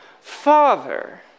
father